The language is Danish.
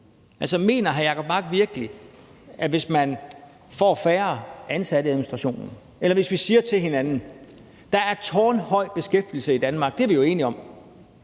mener hr. Jacob Mark virkelig, at hvis man får færre ansatte i administrationen, eller hvis vi siger til hinanden, at der er tårnhøj beskæftigelse i Danmark – det er vi jo enige om;